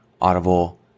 Audible